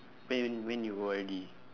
when when you O_R_D